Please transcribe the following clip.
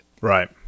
right